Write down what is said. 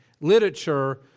literature